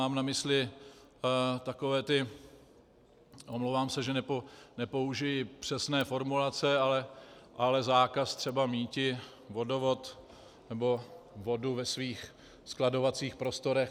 Mám na mysli takové ty, omlouvám se, že nepoužiji přesné formulace, ale zákaz třeba míti vodovod nebo vodu ve svých skladovacích prostorech.